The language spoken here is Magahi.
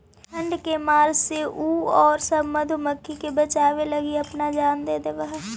ठंड के मार से उ औउर सब मधुमाखी के बचावे लगी अपना जान दे देवऽ हई